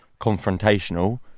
confrontational